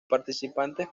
participantes